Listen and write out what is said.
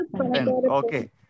Okay